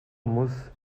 muss